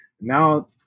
Now